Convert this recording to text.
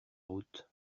route